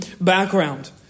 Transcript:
background